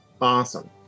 Awesome